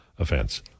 Offense